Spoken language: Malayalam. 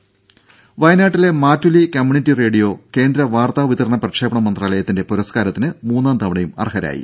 ദര വയനാട്ടിലെ മാറ്റൊലി കമ്മ്യൂണിറ്റി റേഡിയോ കേന്ദ്രവാർത്താ വിതരണ പ്രക്ഷേപണ മന്ത്രാലയത്തിന്റെ പുരസ്കാരത്തിന് മൂന്നാം തവണയും അർഹരായി